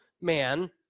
man